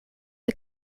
the